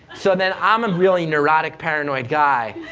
so then i'm a really neurotic, paranoid guy,